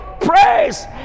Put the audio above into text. praise